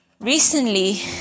Recently